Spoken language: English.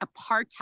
apartheid